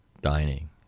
dining